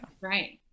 Right